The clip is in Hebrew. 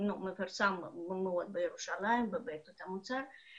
מפורסם בירושלים, בבית אות המוצר.